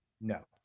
No